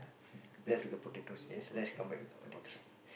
back to the potatoes is it okay lah okay